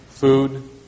food